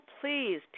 please